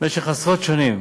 במשך עשרות שנים,